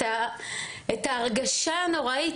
את ההרגשה הנוראית,